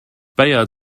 bayard